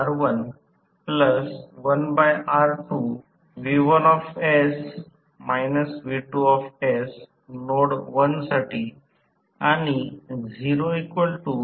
तर TBD जास्तीत जास्त टॉर्क आहे आणि भार नसल्यास टॉर्क स्लिप वैशिष्ट्य रेषात्मक आहे